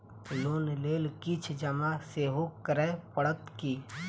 Loan लेल किछ जमा सेहो करै पड़त की?